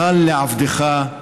מחל לעבדיך.